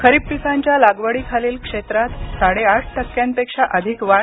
खरीप पिकांच्या लागवडीखालील क्षेत्रात साडेआठ टक्क्यांपेक्षा अधिक वाढ